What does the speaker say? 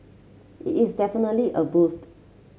it is definitely a boost